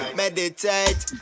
meditate